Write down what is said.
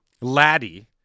Laddie